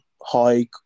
high